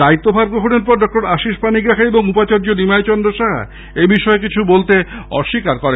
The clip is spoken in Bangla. দায়িত্বভার গ্রহণের পর ডঃ আশিস পানিগ্রাহী এবং উপাচার্য নিমাই চন্দ্র সাহা এই বিষয়ে কিছু বলতে অস্বীকার করেন